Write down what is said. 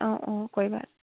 অঁ অঁ কৰিবা